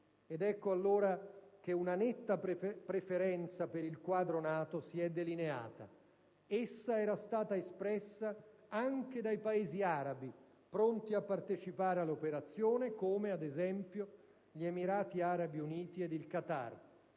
Ed ecco allora che una netta preferenza per il quadro NATO si è delineata. Essa era stata espressa anche dai Paesi arabi pronti a partecipare alle operazioni, come ad esempio gli Emirati arabi uniti ed il Qatar.